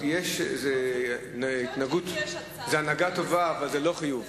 זה הנהגה טובה אבל זה לא חיוב.